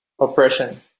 oppression